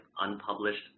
unpublished